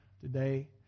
today